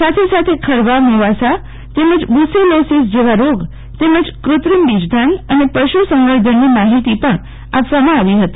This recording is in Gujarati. સાથે સાથે ખરવા મોવાસા તેમજ બુસેલોસીસ જેવા રોગ તેમજ કૃત્રિમ બીજદાન અને પશ સંવર્ધનની માહિતી પણ આપવામાં આવી હતી